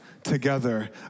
together